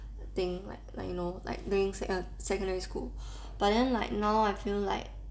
thing like like you know like during a secondary school but then like now I feel like